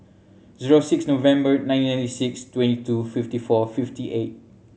zero six November nineteen ninety six twenty two fifty four fifty eight